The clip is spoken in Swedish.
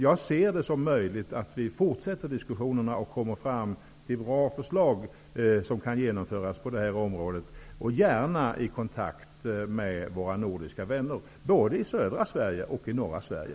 Jag ser det som möjligt att vi fortsätter diskussionerna och kommer fram till bra förslag som kan genomföras på det här området, gärna i kontakt med våra nordiska vänner, både i södra Sverige och på sikt i norra Sverige.